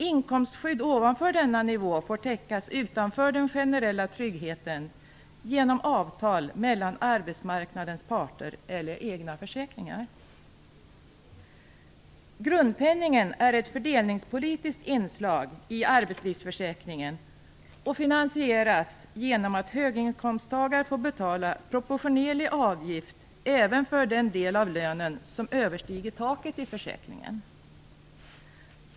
Inkomstskydd ovanför denna nivå får tecknas utanför den generella tryggheten genom avtal mellan arbetsmarknadens parter eller genom egna försäkringar. Grundpenningen är ett fördelningspolitiskt inslag i arbetslivsförsäkringen och finansieras genom att höginkomsttagare får betala proportionerlig avgift även för den del av lönen som överstiger taket i försäkringen.